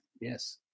Yes